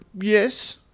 yes